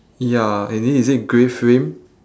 ya and then is it grey frame